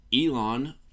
Elon